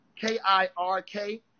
K-I-R-K